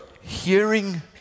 hearing